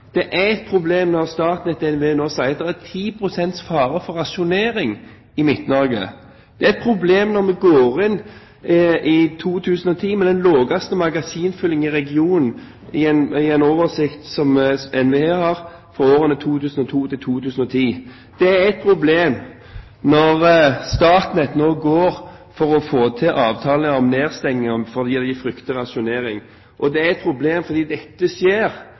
Det er et problem. Det er et problem når NVE nå sier at det er 10 pst. fare for rasjonering i Midt-Norge. Det er et problem når vi går inn i 2010 med den laveste magasinfylling i regionen, ifølge en oversikt som NVE har for årene 2002–2010. Det er et problem når Statnett nå går inn for å få til en avtale om nedstengning fordi de frykter rasjonering. Og det er et problem fordi dette skjer